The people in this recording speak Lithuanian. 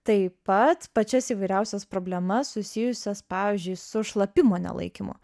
taip pat pačias įvairiausias problemas susijusias pavyzdžiui su šlapimo nelaikymu